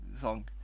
song